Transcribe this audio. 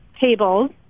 tables